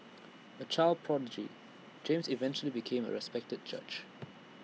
A child prodigy James eventually became A respected judge